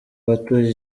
batuye